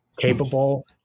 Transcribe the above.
capable